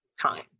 time